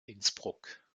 innsbruck